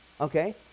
Okay